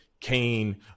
cain